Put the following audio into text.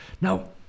Now